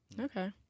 Okay